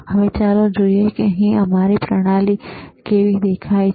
હવે ચાલો જોઈએ કે તે અહીં તમારી પ્રણાલી પર કેવી દેખાય છે